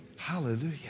Hallelujah